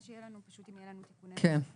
אבל שיהיה לנו פשוט אם יהיה לנו תיקוני --- בסדר,